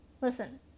listen